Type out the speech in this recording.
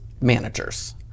managers